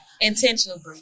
intentionally